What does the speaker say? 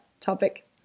topic